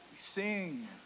Sing